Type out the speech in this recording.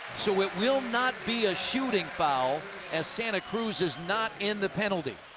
so it will not be a shooting foul as santa cruz is not in the penalty.